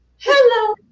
Hello